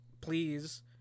please